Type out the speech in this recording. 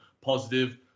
positive